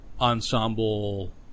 ensemble